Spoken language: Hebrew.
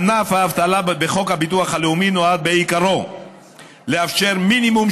ענף האבטלה בחוק הביטוח הלאומי נועד בעיקרו לאפשר מינימום